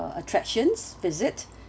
attractions visit